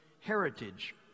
heritage